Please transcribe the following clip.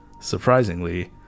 surprisingly